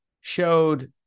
showed